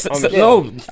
No